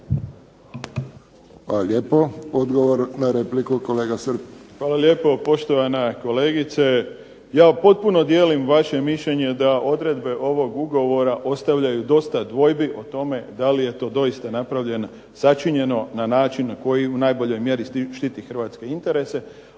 Hvala lijepo. Odgovor na repliku, kolega Srb. **Srb, Daniel (HSP)** Hvala lijepo. Poštovana kolegice, ja potpuno dijelim vaše mišljenje da odredbe ovog ugovora ostavljaju dosta dvojbi o tome da li je to doista napravljeno, sačinjeno na način na koji u najboljoj mjeri štiti hrvatske interese.